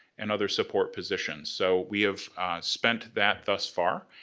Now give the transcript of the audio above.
and other support positions. so, we have spent that thus far.